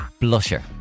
blusher